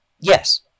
Yes